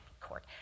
court